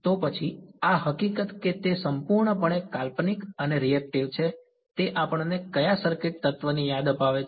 તો પછી આ હકીકત કે તે સંપૂર્ણપણે કાલ્પનિક અને રીએક્ટિવ છે તે આપણને કયા સર્કિટ તત્વની યાદ અપાવે છે